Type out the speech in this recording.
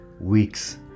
weeks